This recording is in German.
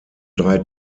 drei